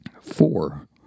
Four